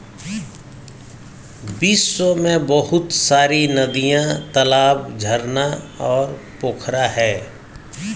विश्व में बहुत सारी नदियां, तालाब, झरना और पोखरा है